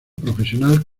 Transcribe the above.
profesional